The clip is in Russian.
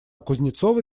кузнецова